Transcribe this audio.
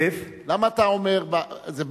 ברכָה זה בְרכה.